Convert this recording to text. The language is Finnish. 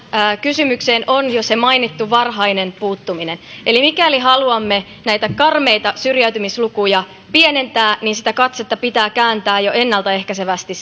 kysymykseen on jo se mainittu varhainen puuttuminen eli mikäli haluamme näitä karmeita syrjäytymislukuja pienentää niin sitä katsetta pitää kääntää jo ennaltaehkäisevästi